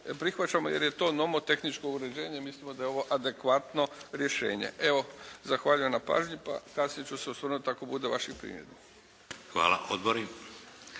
prihvaćamo jer je to nomotehničko uređenje i mislimo da je ovo adekvatno rješenje. Evo, zahvaljujem na pažnji. Pa kasnije ću se osvrnuti ako bude vaših primjedbi.